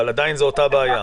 אבל עדיין זו אותה בעיה.